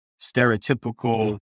stereotypical